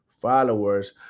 followers